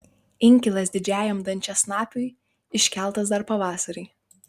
inkilas didžiajam dančiasnapiui iškeltas dar pavasarį